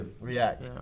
react